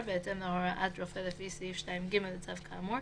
בהתאם להוראת רופא לפי סעיף 2(ג) לצו כאמור,